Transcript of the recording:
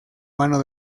mano